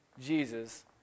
Jesus